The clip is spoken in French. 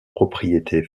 propriétés